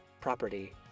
property